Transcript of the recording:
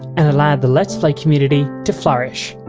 and allowed the lets play community to flourish.